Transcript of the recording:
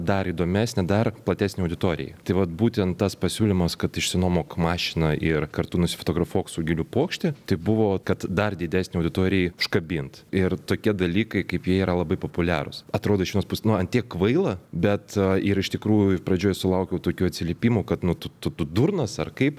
dar įdomesnė dar platesnei auditorijai tai vat būtent tas pasiūlymas kad išsinuomok mašiną ir kartu nusifotografuok su gėlių puokšte tai buvo kad dar didesnei auditorijai užkabint ir tokie dalykai kaip jie yra labai populiarūs atrodo iš vienos pusės nu ant tiek kvaila bet yra iš tikrųjų pradžioj sulaukiau tokių atsiliepimų kad nu tu tu tu durnas ar kaip